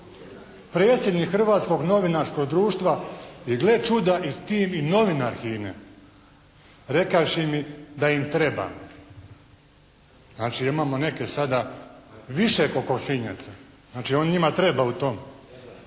predsjednik Hrvatskog novinarskog društva i gle čuda i tim i novinar HINA-e rekavši mi da im trebam.» Znači imamo neke sada više kokošinjaca. Znači on njima treba u tom